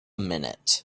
minute